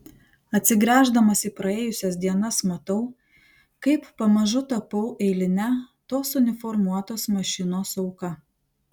atsigręždamas į praėjusias dienas matau kaip pamažu tapau eiline tos uniformuotos mašinos auka